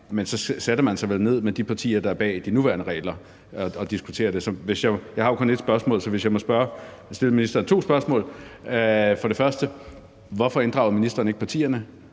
men så sætter man sig vel ned med de partier, der står bag de nuværende regler, og diskuterer det. Jeg har jo kun ét spørgsmål, men måske jeg må stille ministeren to spørgsmål. For det første: Hvorfor inddrager ministeren ikke partierne?